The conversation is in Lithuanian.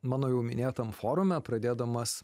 mano jau minėtam forume pradėdamas